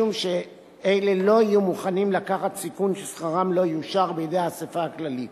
משום שאלה לא יהיו מוכנים לקחת סיכון ששכרם לא יאושר בידי האספה הכללית.